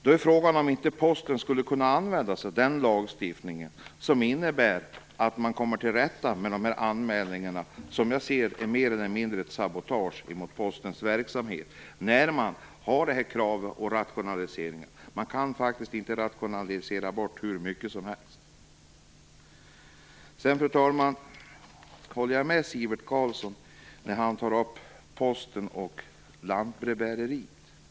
Då är frågan om inte Posten skulle kunna använda sig av den lagstiftningen som innebär att man kommer till rätta med de anmälningar som jag ser som mer eller mindre ett sabotage mot Postens verksamhet när dessa krav på rationaliseringar finns. Man kan faktiskt inte rationalisera bort hur mycket som helst. Fru talman! Jag håller med Sivert Carlsson när han talar om Posten och lantbrevbärarna.